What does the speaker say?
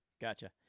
Gotcha